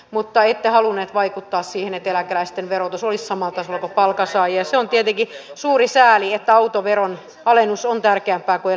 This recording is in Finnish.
mutta ette halunneet vaikuttaa siihen että eläkeläisten verotus oli samat asiat palkansaajia se on tietenkin suuri sääli että autoveron alennus on tärkeämpää kuin